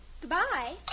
Goodbye